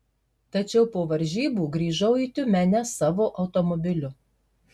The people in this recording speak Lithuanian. tačiau po varžybų grįžau į tiumenę savo automobiliu